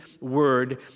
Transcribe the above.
word